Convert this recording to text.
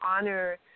honor